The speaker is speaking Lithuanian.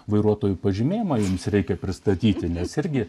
vairuotojo pažymėjimą jums reikia pristatyti nesergi